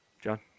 John